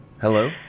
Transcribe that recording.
Hello